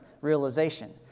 realization